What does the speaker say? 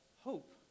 hope